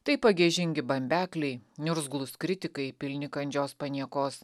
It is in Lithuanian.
tai pagiežingi bambekliai niurzglūs kritikai pilni kandžios paniekos